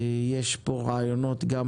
יש פה רעיונות גם